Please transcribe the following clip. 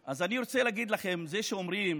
אז אני רוצה להגיד לכם, זה שאומרים: